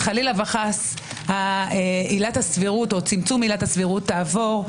אם חלילה וחס צמצום עילת הסבירות יעבור,